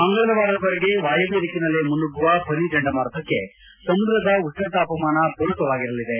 ಮಂಗಳವಾರದವರೆಗೆ ವಾಯವ್ಯ ದಿಕ್ಕಿನಲ್ಲೇ ಮುನ್ನುಗ್ಗುವ ಫನಿ ಚಂಡಮಾರುತಕ್ಕೆ ಸಮುದ್ರದ ಉಷ್ಣ ತಾಪಮಾನ ಪೂರಕವಾಗಿರಲಿದೆ